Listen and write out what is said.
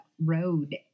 road